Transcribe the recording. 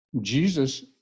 Jesus